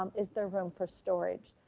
um is there room for storage?